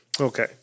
Okay